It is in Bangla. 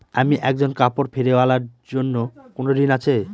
আমি একজন কাপড় ফেরীওয়ালা এর জন্য কোনো ঋণ আছে?